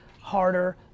harder